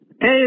Hey